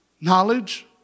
Knowledge